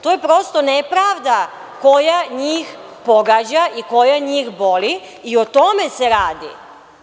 To je prosto nepravda koja njih pogađa i koja njih boli i o tome se radi.